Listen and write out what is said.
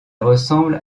ressemble